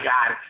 God